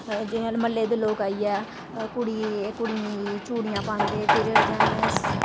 जियां म्हल्ले दे लोग आई ऐ कुड़ी गी चूड़ियां पांदे फिर